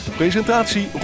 presentatie